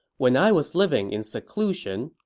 when i was living in seclusion,